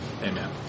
Amen